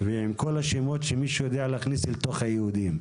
ועם כל השמות שמישהו יודע להכניס לתוך "היהודים".